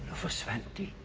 for twenty